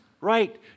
right